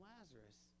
Lazarus